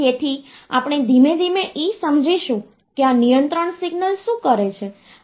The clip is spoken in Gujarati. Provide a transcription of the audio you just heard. તેથી આપણે ધીમે ધીમે એ સમજીશું કે આ નિયંત્રણ સિગ્નલ શું કરે છે